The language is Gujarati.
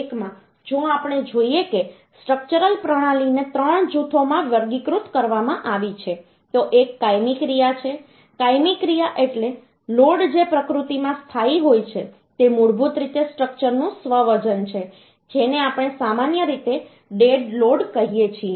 1 માં જો આપણે જોઈએ કે સ્ટ્રક્ચરલ પ્રણાલીને ત્રણ જૂથોમાં વર્ગીકૃત કરવામાં આવી છે તો એક કાયમી ક્રિયા છે કાયમી ક્રિયા એટલે લોડ જે પ્રકૃતિમાં સ્થાયી હોય છે તે મૂળભૂત રીતે સ્ટ્રક્ચરનું સ્વ વજન છે જેને આપણે સામાન્ય રીતે ડેડ લોડ કહીએ છીએ